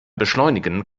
beschleunigen